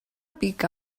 pica